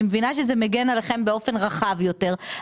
אני מבינה שזה מגן עליכם באופן רחב יותר,